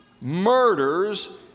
murders